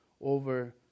over